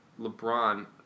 LeBron